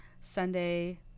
Sunday